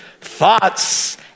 thoughts